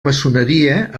maçoneria